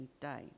day